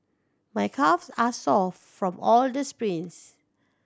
my calves are sore from all the sprints